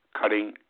cutting